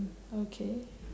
okay